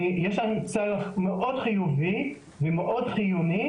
יש לנו צורך חיובי מאוד וחיוני מאוד,